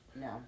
No